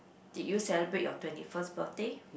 did you celebrate your twenty first birthday